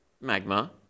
Magma